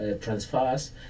transfers